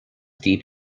deep